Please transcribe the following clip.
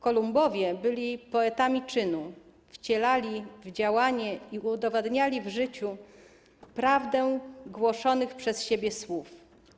Kolumbowie byli poetami czynu, wcielali w działanie i udowadniali w życiu prawdę głoszonych przez siebie słów.